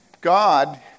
God